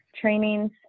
trainings